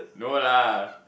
no lah